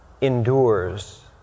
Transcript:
endures